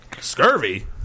scurvy